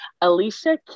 Alicia